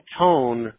tone